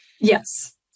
Yes